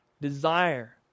desire